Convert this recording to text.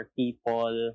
people